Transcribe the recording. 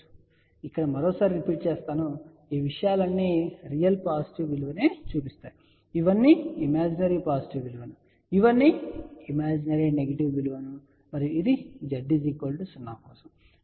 కాబట్టి ఇక్కడ మరోసారి రిపీట్ చేస్తాను కాబట్టి ఈ విషయాలన్నీ రియల్ పాజిటివ్ విలువను చూపుతాయి ఇవన్నీ ఇమేజరీ పాజిటివ్ విలువ ఇవన్నీ ఇమేజరీ నెగెటివ్ విలువ మరియు ఇది Z 0 కోసం